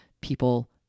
people